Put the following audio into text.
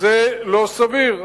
זה לא סביר.